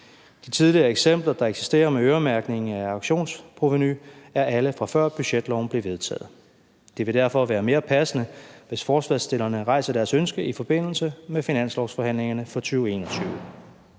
De tidligere eksempler, der eksisterer med øremærkning af auktionsprovenu, er alle, fra før budgetloven blev vedtaget. Det vil derfor være mere passende, hvis forslagsstillerne rejser deres ønske i forbindelse med finanslovsforhandlingerne for 2021.